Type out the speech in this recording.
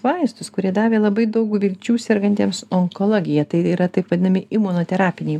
vaistus kurie davė labai daug vilčių sergantiems onkologija tai yra taip vadinami imunoterapiniai